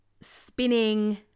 spinning